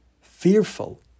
Fearful